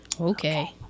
okay